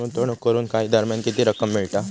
गुंतवणूक करून काही दरम्यान किती रक्कम मिळता?